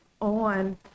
on